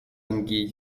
bungee